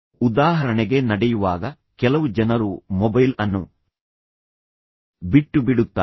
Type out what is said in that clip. ಉದಾಹರಣೆಗೆ ನಡೆಯುವಾಗ ಕೆಲವು ಜನರು ಮೊಬೈಲ್ ಅನ್ನು ಬಿಟ್ಟುಬಿಡುತ್ತಾರೆ